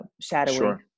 shadowing